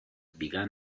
began